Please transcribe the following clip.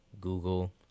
Google